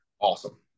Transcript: Awesome